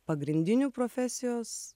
pagrindinių profesijos